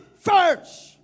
first